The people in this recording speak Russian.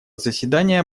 заседания